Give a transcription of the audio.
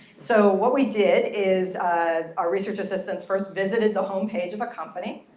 so what we did is our research assistants first visited the home page of a company.